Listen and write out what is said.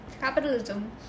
capitalism